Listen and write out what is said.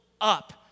up